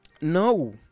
No